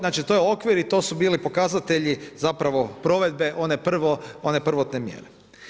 Znači to je okvir i to su bili pokazatelji zapravo provedbe one prvotne mjere.